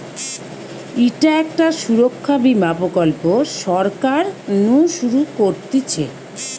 ইটা একটা সুরক্ষা বীমা প্রকল্প সরকার নু শুরু করতিছে